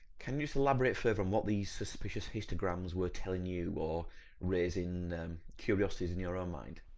can you just elaborate further on what these suspicious histograms were telling you or raising curiosities in your own mind?